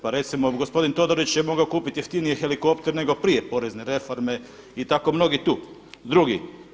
Pa recimo, gospodin Todorić je mogao kupiti jeftiniji helikopter nego prije porezne reforme i tako mnogi tu drugi.